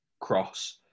cross